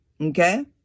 Okay